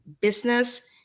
business